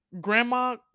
grandma